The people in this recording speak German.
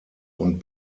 und